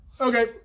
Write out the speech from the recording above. Okay